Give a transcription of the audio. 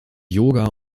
yoga